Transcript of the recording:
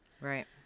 Right